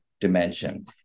dimension